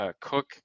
Cook